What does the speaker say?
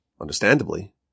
understandably